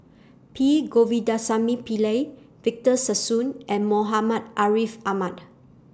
P Govindasamy Pillai Victor Sassoon and Muhammad Ariff Ahmad